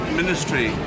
ministry